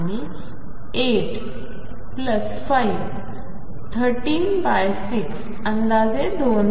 आणि 8 5 136 अंदाजे 2